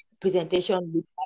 presentation